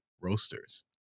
Roasters